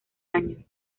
año